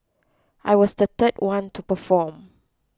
I was the third one to perform